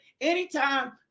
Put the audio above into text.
anytime